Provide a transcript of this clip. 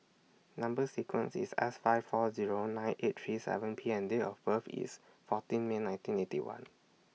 Number sequence IS S five four Zero nine eight three seven P and Date of birth IS fourteen May nineteen Eighty One